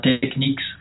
techniques